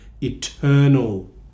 eternal